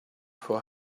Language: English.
for